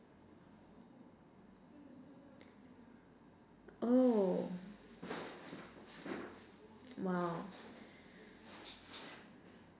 oh !wow!